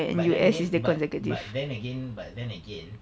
but then again but but then again but then again